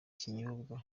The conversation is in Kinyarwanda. kinyobwa